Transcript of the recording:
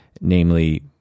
namely